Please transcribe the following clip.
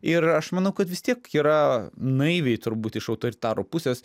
ir aš manau kad vis tiek yra naiviai turbūt iš autoritaro pusės